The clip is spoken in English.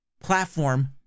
platform